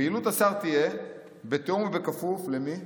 פעילות השר תהיה בתיאום ובכפוף" למי?